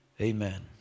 Amen